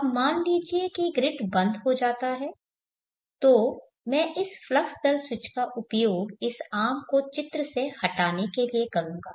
अब मान लीजिए कि ग्रिड बंद हो जाता है तो मैं इस फ्लक्स दर स्विच का उपयोग इस आर्म को चित्र से हटाने के लिए करूंगा